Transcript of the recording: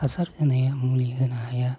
हासार होनो हाया मुलि होनो हाया